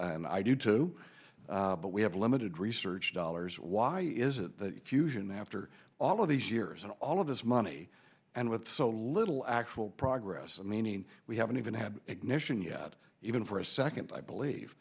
and i do too but we have limited research dollars why is it that a fusion after all of these years and all of this money and with so little actual progress and meaning we haven't even had ignition yet even for a second i believe